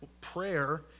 Prayer